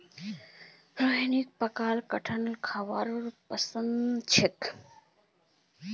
रोहिणीक पकाल कठहल खाबार पसंद छेक